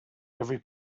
every